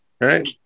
right